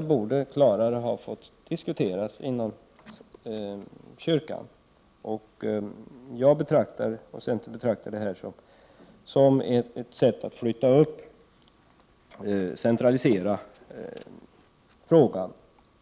borde klarare ha fått diskuteras inom kyrkan. Centerpartiet betraktar förslaget som ett sätt att centralisera frågan.